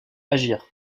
agir